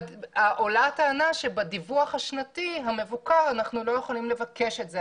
עולה הטענה שבדיווח השנתי המבוקר אנחנו לא יכולים לבקש את זה,